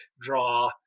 draw